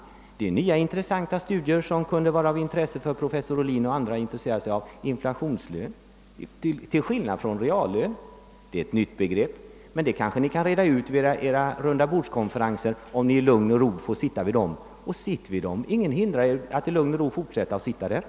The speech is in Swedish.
Detta ger uppslag till nya intressanta studier som kunde bedrivas av professor Ohlin och andra intresserade. »Inflationslön till skillnad från reallön« är ett nytt begrepp. Det kanske ni kan reda ut vid era rundabordskonferenser, om ni får sitta i lugn och ro. Gör det! Ingen hindrar er från att sitta vid borden.